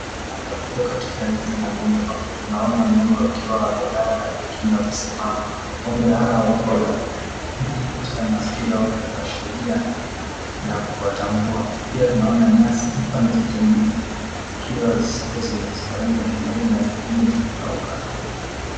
Hapa tupo katika zizi la ng'ombe ambapo tunaona ng'ombe wakiwa wamelala na wengine wamesimama ng'ombe hawa wako na katika masikio yao vya kuashiria na kuwatambua pia tunaona nyasi pande zote mbili zikiwa ziko zenye ziko rangi ya kijani na zengine zimekauka.